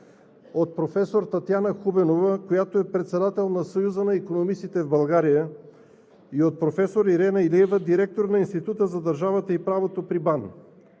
от професор Татяна Хубенова, която е председател на Съюза на икономистите в България, и от професор Ирена Илиева – директор на Института за държавата и правото при БАН.